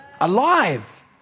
Alive